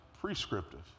prescriptive